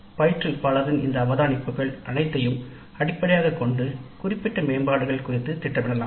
பயிற்றுவிப்பாளரின் இந்த அவதானிப்புகள் அனைத்தையும் அடிப்படையாகக் கொண்டுகுறிப்பிட்ட மேம்பாடுகள் குறித்த திட்டமிடலாம்